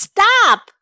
Stop